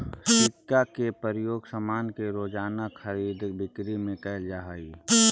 सिक्का के प्रयोग सामान के रोज़ाना खरीद बिक्री में कैल जा हई